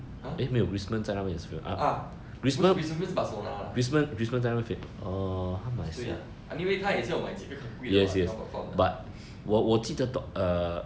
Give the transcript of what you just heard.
!huh! uh 不是 griezmann 是 barcelona lah 谁 ah anyway 他也是要几个很贵 [what] 要 perform 的